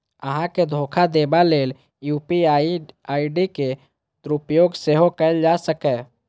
अहां के धोखा देबा लेल यू.पी.आई आई.डी के दुरुपयोग सेहो कैल जा सकैए